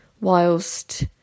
whilst